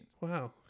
Wow